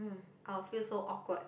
I will feel so awkward